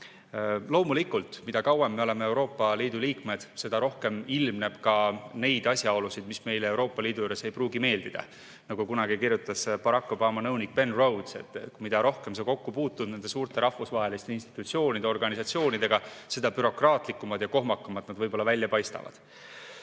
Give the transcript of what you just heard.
Loomulikult, mida kauem me oleme Euroopa Liidu liikmed, seda rohkem ilmneb asjaolusid, mis meile Euroopa Liidu juures ei pruugi meeldida. Nagu kunagi kirjutas Barack Obama nõunik Ben Rhodes: mida rohkem sa kokku puutud nende suurte rahvusvaheliste institutsioonide ja organisatsioonidega, seda bürokraatlikumad ja kohmakamad nad võib-olla välja paistavad.